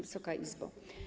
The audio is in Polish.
Wysoka Izbo!